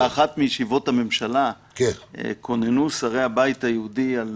באחת מישיבות הממשלה קוננו שרי הבית היהודי על